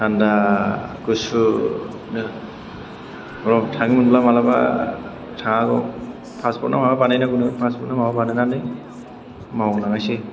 थान्दा गुसुनो र' थांनो मोनब्ला मालाबा थांनागौ पासपर्ट ना माबा बानायनांगौनो माबा बानायनानै मावलांसै र'